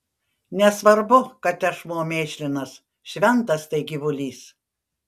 nesvarbu kad tešmuo mėšlinas šventas tai gyvulys